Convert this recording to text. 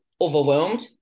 overwhelmed